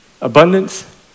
Abundance